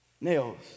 nails